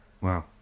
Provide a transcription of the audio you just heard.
Wow